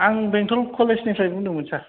आं बेंथल कलेजनिफ्राय बुंदोंमोन सार